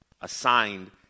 assigned